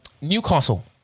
Newcastle